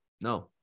No